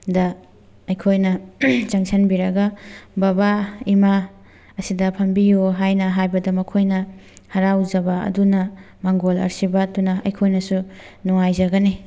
ꯗ ꯑꯩꯈꯣꯏꯅ ꯆꯪꯁꯤꯟꯕꯤꯔꯒ ꯕꯕꯥ ꯏꯃꯥ ꯑꯁꯤꯗ ꯐꯝꯕꯤꯌꯨ ꯍꯥꯏꯅ ꯍꯥꯏꯕꯗ ꯃꯈꯣꯏꯅ ꯍꯔꯥꯎꯖꯕ ꯑꯗꯨꯅ ꯃꯥꯡꯒꯣꯜ ꯑꯥꯔꯁꯤꯕꯥꯗꯇꯨꯅ ꯑꯩꯈꯣꯏꯅꯁꯨ ꯅꯨꯡꯉꯥꯏꯖꯒꯅꯤ